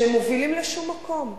שמוביל לשום מקום.